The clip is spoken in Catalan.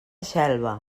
xelva